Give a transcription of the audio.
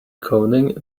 coding